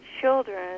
children